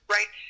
Right